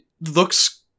looks